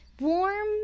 warm